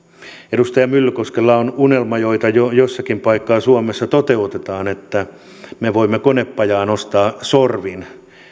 edustaja myllykoskella on unelma jota jossakin paikkaa suomessa toteutetaan että me voimme konepajaan ostaa sorvin